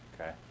Okay